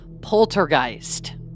Poltergeist